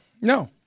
No